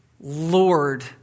Lord